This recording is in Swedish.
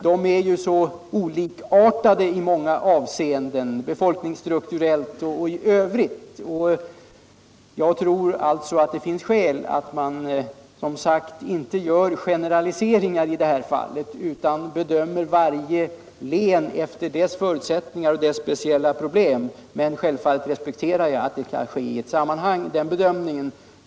De är så olikartade i många avseenden, befolkningsstrukturellt och i övrigt, och det finns därför skäl att inte göra generaliseringar i detta fall utan bedöma varje län efter dess förutsättningar och speciella problem. Men självfallet respekterar jag att denna bedömning skall ske samtidigt.